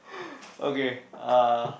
okay uh